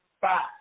five